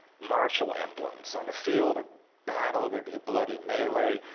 martial emblems. on a field of battle there'd be a bloody melee.